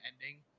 ending